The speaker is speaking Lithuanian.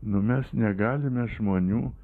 nu mes negalime žmonių